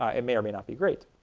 ah and may or may not be great.